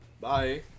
Bye